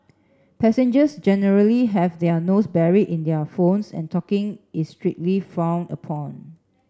passengers generally have their nose buried in their phones and talking is strictly frowned upon